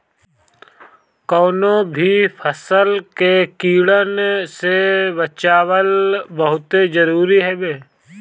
कवनो भी फसल के कीड़न से बचावल बहुते जरुरी हवे